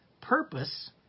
purpose